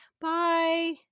Bye